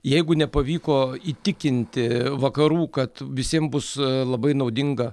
jeigu nepavyko įtikinti vakarų kad visiem bus labai naudinga